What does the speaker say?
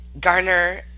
garner